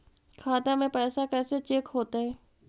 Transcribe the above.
खाता में पैसा कैसे चेक हो तै?